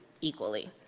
equally